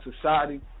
Society